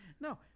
No